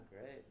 great